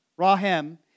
Rahem